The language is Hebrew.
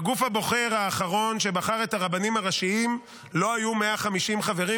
בגוף הבוחר האחרון שבחר את הרבנים הראשיים לא היו 150 חברים,